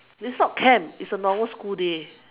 it's not camp it's a normal school day